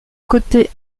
côté